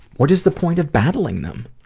what is the point of battling them?